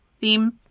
theme